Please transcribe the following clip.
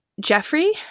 Jeffrey